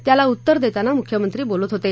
त्याला उत्तर देताना मुख्यमंत्री बोलत होते